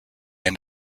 end